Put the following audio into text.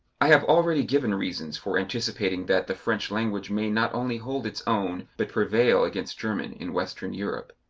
i have already given reasons for anticipating that the french language may not only hold its own, but prevail against german in western europe.